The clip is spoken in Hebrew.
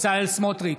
בצלאל סמוטריץ'